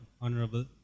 honorable